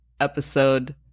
episode